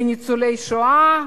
לניצולי שואה,